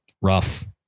rough